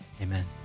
amen